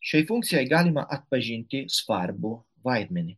šiai funkcijai galima atpažinti svarbų vaidmenį